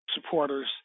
supporters